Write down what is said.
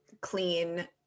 clean